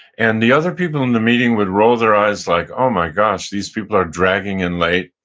and the other people in the meeting would roll their eyes like, oh, my gosh. these people are dragging in late,